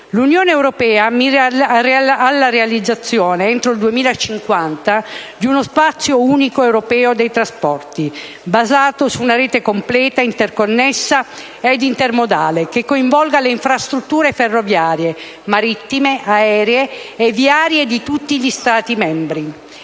L'Unione europea mira alla realizzazione, entro il 2050, di uno spazio unico europeo dei trasporti, basato su una rete completa, interconnessa ed intermodale, che coinvolga le infrastrutture ferroviarie, marittime, aeree e viarie di tutti gli Stati membri.